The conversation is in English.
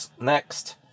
next